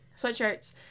sweatshirts